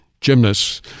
gymnasts